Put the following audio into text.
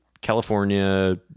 California